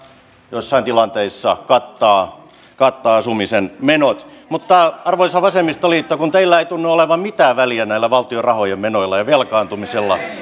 joissain tilanteissa kattavat kattavat asumisen menot mutta arvoisa vasemmistoliitto teillä ei tunnu olevan mitään väliä valtion rahojen menolla ja velkaantumisella